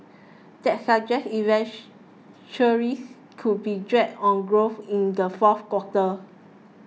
that suggests inventories could be drag on growth in the fourth quarter